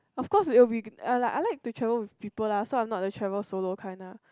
of course it will be I I like to travel with people lah so I am not the travel solo kind lah